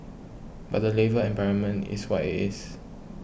but the labour environment is what it is